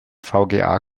vga